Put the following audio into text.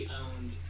owned